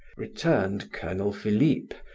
returned colonel philip,